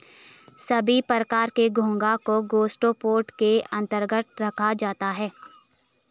सभी प्रकार के घोंघा को गैस्ट्रोपोडा के अन्तर्गत रखा गया है